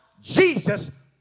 Jesus